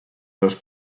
los